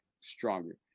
stronger